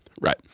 Right